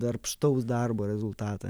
darbštaus darbo rezultatą